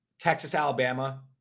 Texas-Alabama